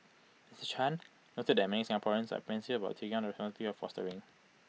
Mister chan noted that many Singaporeans are apprehensive about taking on the of fostering